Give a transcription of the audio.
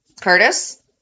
Curtis